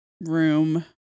room